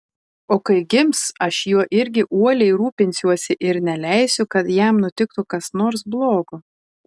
o kai gims aš juo irgi uoliai rūpinsiuosi ir neleisiu kad jam nutiktų kas nors blogo